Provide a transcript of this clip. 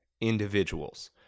individuals